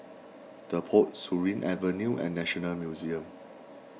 the Pod Surin Avenue and National Museum